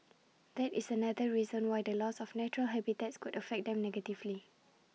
that is another reason why the loss of natural habitats could affect them negatively